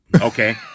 okay